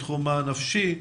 בתחום הנפשי,